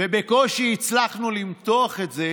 ובקושי הצלחנו למתוח את זה